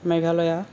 Meghalaya